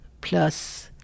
plus